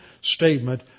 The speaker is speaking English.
statement